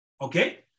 Okay